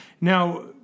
Now